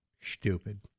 Stupid